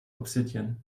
obsidian